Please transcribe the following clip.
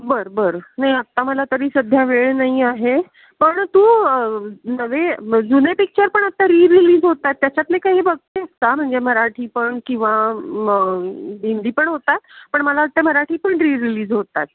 बरं बरं नाही आत्ता मला तरी सध्या वेळ नाही आहे पण तू नवे जुने पिक्चर पण आत्ता रिरिलीज होत आहेत त्याच्यातले काही बघते आहेस का म्हणजे मराठी पण किंवा मग हिंदी पण होत आहेत पण मला वाटतं मराठी पण रीरिलीज होतात